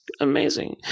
Amazing